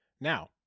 Now